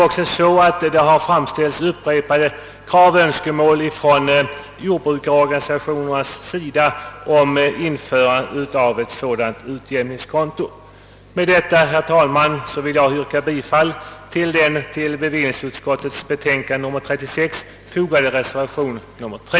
Upprepade krav och önskemål har också framförts från jordbruksorganisationerna om införande av ett sådant utjämningskonto. Med detta, herr talman, vill jag yrka bifall till den vid bevillningsutskottets betänkande nr 36 fogade reservationen nr 3.